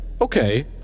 Okay